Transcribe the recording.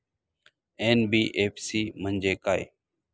NBFC म्हणजे काय?